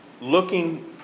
looking